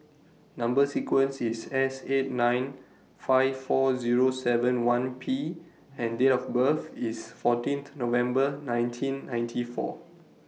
Number sequence IS S eight nine five four Zero seven one P and Date of birth IS fourteen November ninety four